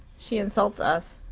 she insults us.